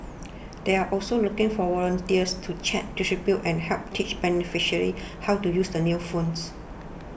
they're also looking for volunteers to check distribute and help teach beneficiaries how to use the new phones